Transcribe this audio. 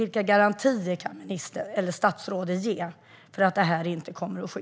Vilka garantier kan statsrådet ge för att det här inte kommer att ske?